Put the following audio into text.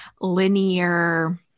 linear